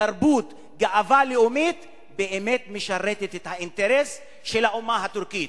תרבות וגאווה לאומית באמת משרתות את האינטרס של האומה הטורקית.